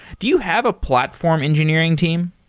do you have a platform engineering team?